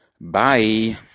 Bye